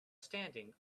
standing